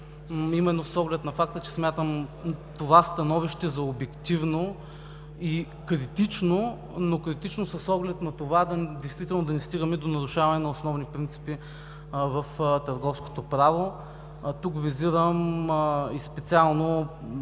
именно с оглед на факта, че смятам това становище за обективно и критично с оглед действително да не стигнем до нарушаване на основни принципи в търговското право. Тук визирам специално